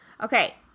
okay